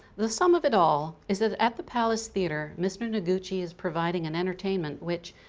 the sum of it all is that, at the palace theatre, mr. noguchi is providing an entertainment which,